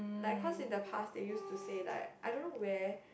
like cause in the past they use to say like I don't know where